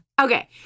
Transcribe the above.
okay